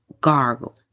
Gargle